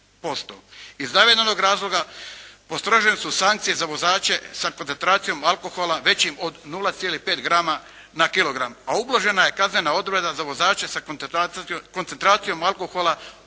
Iz navedenog razloga postrožene su sankcije za vozače sa koncentracijom alkohola većim od 0,5 grama na kilogram, a ublažena je kaznena odredba za vozače sa koncentracijom alkohola od